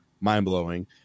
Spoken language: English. mind-blowing